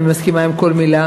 אני מסכימה עם כל מילה.